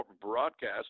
broadcast